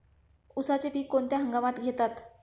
उसाचे पीक कोणत्या हंगामात घेतात?